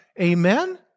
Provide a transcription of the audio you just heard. Amen